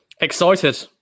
Excited